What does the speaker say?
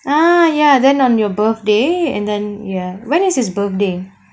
ah ya then on your birthday and then ya when is his birthday